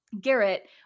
Garrett